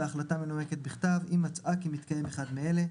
בהחלטה מנומקת או בכתב אם מצאה כי מתנהל אחד מאלה: